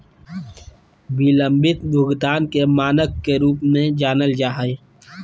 बिलम्बित भुगतान के मानक के रूप में जानल जा हइ